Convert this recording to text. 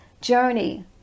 journey